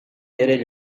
yerel